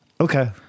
Okay